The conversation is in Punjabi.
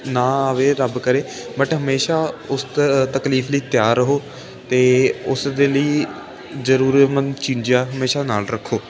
ਨਾ ਆਵੇ ਰੱਬ ਕਰੇ ਬਟ ਹਮੇਸ਼ਾ ਉਸ ਤਕਲੀਫ ਲਈ ਤਿਆਰ ਰਹੋ ਅਤੇ ਉਸ ਦੇ ਲਈ ਜ਼ਰੂਰਤਮੰਦ ਚੀਜ਼ਾਂ ਹਮੇਸ਼ਾ ਨਾਲ ਰੱਖੋ